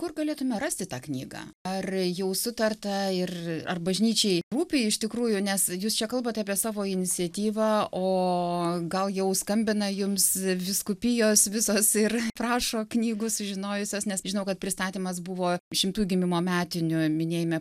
kur galėtume rasti tą knygą ar jau sutarta ir ar bažnyčiai rūpi iš tikrųjų nes jūs čia kalbat apie savo iniciatyvą o gal jau skambina jums vyskupijos visos ir prašo knygų sužinojusios nes žinau kad pristatymas buvo šimtųjų gimimo metinių minėjime